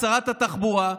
שרת התחבורה,